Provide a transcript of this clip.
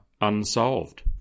unsolved